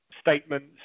statements